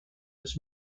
its